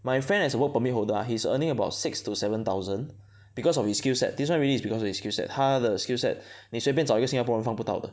my friend as a work permit holder ah he's earning about six to seven thousand because of his skills set this one really is because of his skills set 他的 skill set 你随便找一个新加坡人放不到的